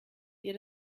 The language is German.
ihr